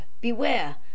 beware